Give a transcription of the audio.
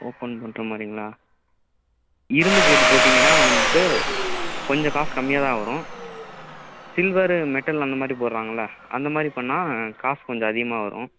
open பண்ணுற மாதிரிங்களா இரும்பு கேட்டு போட்டீங்கன்னா வந்துட்டு கொஞ்சம் காஸ் கம்மியாக தான் வரும் சில்வரு மெட்டல் அந்த மாதிரி போட்றாங்களே அந்த மாதிரி பண்ணால் காசு கொஞ்சம் அதிகமாக வரும்